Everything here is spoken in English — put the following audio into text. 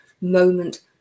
moment